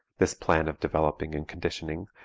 this plan of developing and conditioning,